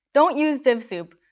don't use div soup.